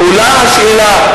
ועולה השאלה,